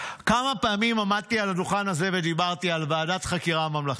כמה פעמים עמדתי על הדוכן הזה ודיברתי על ועדת חקירה ממלכתית?